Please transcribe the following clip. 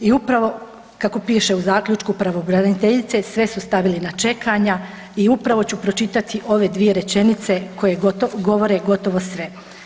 I upravo kako piše u zaključku pravobraniteljice sve su stavili na čekanja i upravo ću pročitati ove dvije rečenice koje govore gotovo sve.